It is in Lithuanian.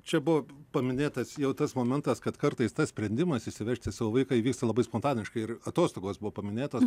čia buvo paminėtas jau tas momentas kad kartais tas sprendimas išsivežti savo vaiką įvyksta labai spontaniškai ir atostogos buvo paminėtos